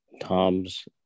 tom's